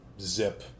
zip